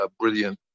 brilliant